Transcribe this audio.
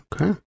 Okay